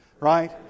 right